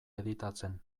editatzen